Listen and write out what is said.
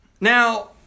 Now